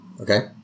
Okay